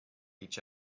each